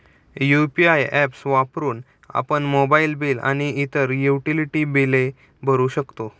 UPI apps वापरून आपण mobile bill आणि इतर युटिलिटी बिले भरू शकतो